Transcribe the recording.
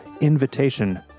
invitation